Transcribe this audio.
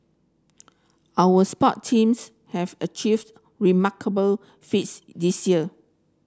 our sports teams have achieved remarkable feats this year